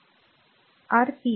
म्हणून फक्त धरून ठेवा